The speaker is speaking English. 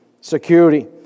security